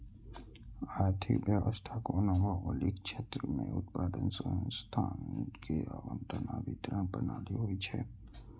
आर्थिक व्यवस्था कोनो भौगोलिक क्षेत्र मे उत्पादन, संसाधन के आवंटन आ वितरण प्रणाली होइ छै